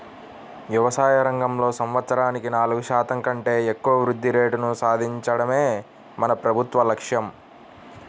వ్యవసాయ రంగంలో సంవత్సరానికి నాలుగు శాతం కంటే ఎక్కువ వృద్ధి రేటును సాధించడమే మన ప్రభుత్వ లక్ష్యం